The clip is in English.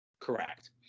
Correct